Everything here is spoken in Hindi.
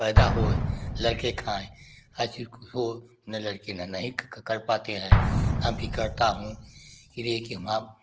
पैदा होई लड़के खाएं आजी हो ना लड़के ना नहीं कर पाते हैं हम भी करता हूँ हीरे कि माप